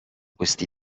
questi